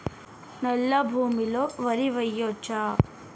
నల్లా భూమి లో వరి వేయచ్చా?